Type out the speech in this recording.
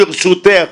ברשותך.